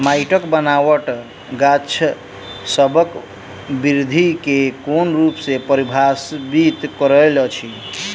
माइटक बनाबट गाछसबक बिरधि केँ कोन रूप सँ परभाबित करइत अछि?